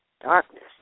darkness